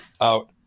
out